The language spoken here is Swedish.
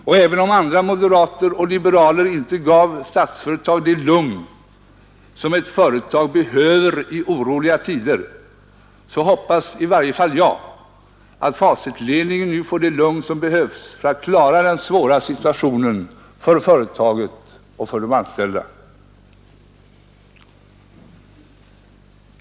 Och även om andra moderater och liberaler inte gav Statsföretag det lugn som ett företag behöver i oroliga tider, hoppas i varje fall jag att Facitledningen nu får det lugn som behövs för att klara den svåra situationen för företaget och de anställda.